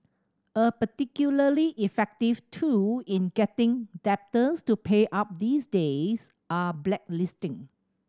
a particularly effective tool in getting debtors to pay up these days are blacklisting